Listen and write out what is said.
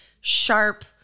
sharp